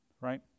right